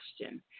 question